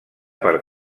per